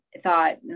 thought